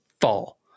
Fall